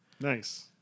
Nice